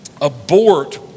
abort